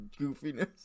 goofiness